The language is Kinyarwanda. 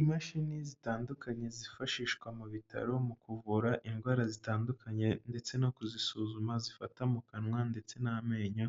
Imashini zitandukanye zifashishwa mu bitaro mu kuvura indwara zitandukanye ndetse no kuzisuzuma zifata mu kanwa ndetse n'amenyo,